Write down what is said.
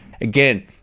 Again